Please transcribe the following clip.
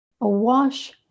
awash